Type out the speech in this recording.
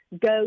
go